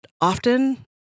often